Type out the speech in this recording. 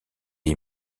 est